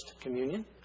Communion